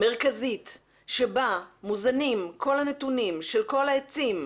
מרכזית שבה מוזנים כל הנתונים של כל העצים,